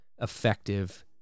effective